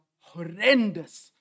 horrendous